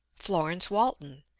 florence walton,